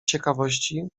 ciekawości